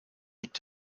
liegt